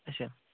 اَچھا